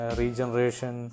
regeneration